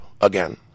again